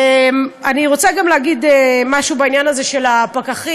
אני רוצה גם להגיד משהו בעניין הזה של הפקחים.